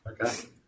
Okay